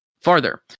farther